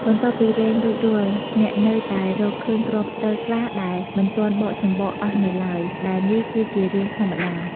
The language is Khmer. បន្ទាប់ពីរែងរួចរាល់ អ្នកនៅតែរកឃើញគ្រាប់ស្រូវខ្លះដែលមិនទាន់បកសម្បកអស់នៅឡើយ ដែលនេះគឺជារឿងធម្មតា។